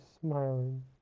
smiling